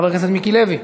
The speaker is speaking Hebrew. חבר הכנסת מיקי לוי,